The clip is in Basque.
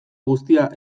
guztia